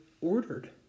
ordered